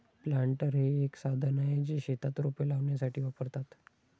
planter हे एक साधन आहे, जे शेतात रोपे लावण्यासाठी वापरतात